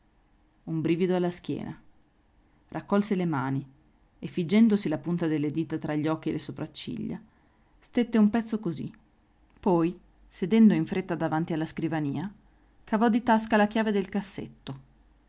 un brivido alla schiena raccolse le mani e figgendosi la punta delle dita tra gli occhi e le sopracciglia stette un pezzo così poi sedendo in fretta davanti alla scrivania cavò di tasca la chiave del cassetto